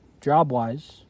job-wise